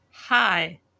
hi